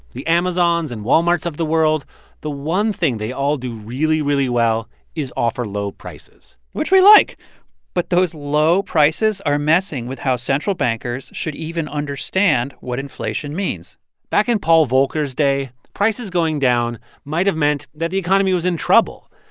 the amazons and walmarts of the world the one thing they all do really, really well is offer low prices which we like but those low prices are messing with how central bankers should even understand what inflation means back in paul volcker's day, prices going down might have meant that economy was in trouble.